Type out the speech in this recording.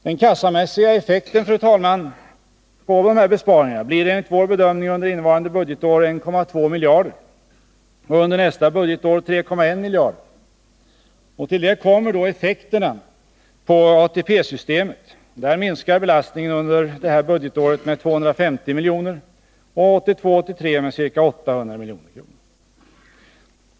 Den kassamässiga effekten av besparingarna blir enligt vår bedömning under innevarande budgetår 1,2 miljarder och under nästa budgetår 3,1 miljarder. Till detta kommer effekterna på ATP-systemet. Där minskar belastningen under det här budgetåret med 250 milj.kr. och 1982/83 med ca 800 miljoner.